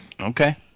Okay